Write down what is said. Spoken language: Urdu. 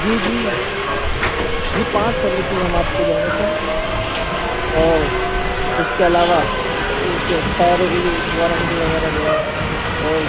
جی جی جی پانچ سروسز ہم آپ کو دیں گے سر اور اس کے علاوہ اس کے ٹائروں کی بھی وارنٹی وغیرہ دیں گے اور